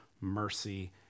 mercy